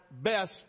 best